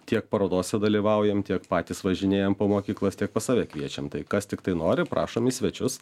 tiek parodose dalyvaujam tiek patys važinėjam po mokyklas tiek pas save kviečiam tai kas tiktai nori prašom į svečius